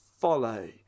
Follow